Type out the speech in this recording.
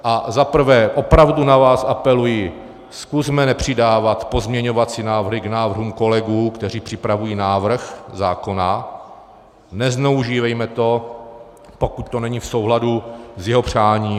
A za prvé, opravdu na vás apeluji, zkusme nepřidávat pozměňovací návrhy k návrhům kolegů, kteří připravují návrh zákona, nezneužívejme to, pokud to není v souladu s jeho přáním.